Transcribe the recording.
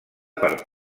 per